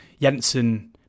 Jensen